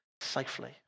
safely